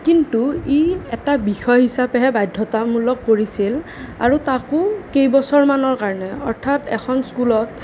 কিন্তু ই এটা বিষয় হিচাপেহে বাধ্যতামূলক কৰিছিল আৰু তাকো কেইবছৰমানৰ কাৰণে অৰ্থাৎ এখন স্কুলত